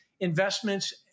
investments